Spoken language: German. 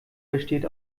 besteht